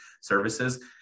services